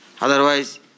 Otherwise